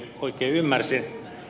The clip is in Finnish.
se ei käynyt